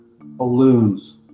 balloons